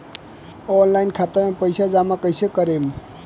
Online खाता मे पईसा जमा कइसे करेम?